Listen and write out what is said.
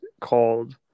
called